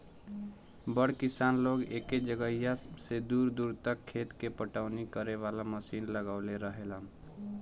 बड़ किसान लोग एके जगहिया से दूर दूर तक खेत के पटवनी करे वाला मशीन लगवले रहेलन